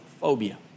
phobia